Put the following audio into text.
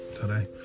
today